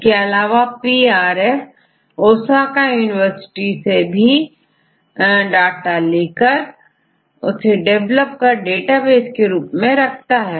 इसके अलावाPRF Osaka University से भी डाटा लेकर उसे डिवेलप कर डेटाबेस के रूप में रखा है